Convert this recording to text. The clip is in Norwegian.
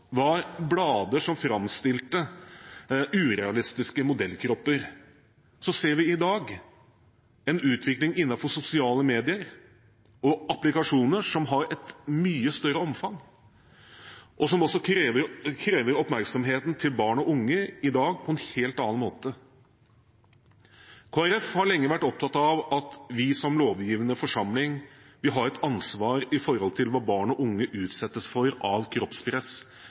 blader som framstilte urealistiske modellkropper, ser vi i dag en utvikling innenfor sosiale medier og applikasjoner som har et mye større omfang, og som også krever oppmerksomheten til barn og unge i dag på en helt annen måte. Kristelig Folkeparti har lenge vært opptatt av at vi som lovgivende forsamling har et ansvar for hva barn og unge utsettes for av